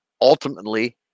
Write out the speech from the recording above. Ultimately